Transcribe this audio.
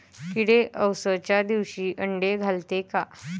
किडे अवसच्या दिवशी आंडे घालते का?